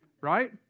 right